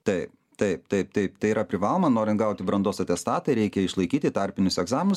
taip taip taip taip tai yra privaloma norint gauti brandos atestatą reikia išlaikyti tarpinius egzaminus